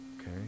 Okay